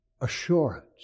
assurance